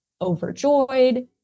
overjoyed